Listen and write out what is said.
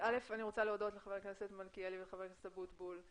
אני רוצה להודות לחבר הכנסת מלכיאלי ולחבר הכנסת אבוטבול.